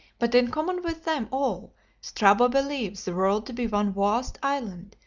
but in common with them all strabo believes the world to be one vast island,